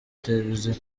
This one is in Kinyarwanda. televiziyo